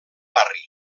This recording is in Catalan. barri